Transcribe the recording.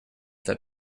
that